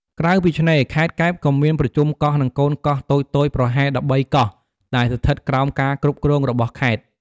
ក្រៅពីឆ្នេរ ខេត្តកែបក៏មានប្រជុំកោះ និងកូនកោះតូចៗប្រហែល ១៣ កោះ ដែលស្ថិតក្រោមការគ្រប់គ្រងរបស់ខេត្ត។